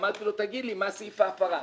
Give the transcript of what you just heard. אמרתי לו: תגיד לי, מה סעיף ההפרה?